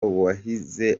wahize